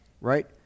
Right